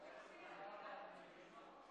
לנעול